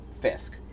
Fisk